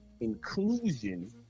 inclusion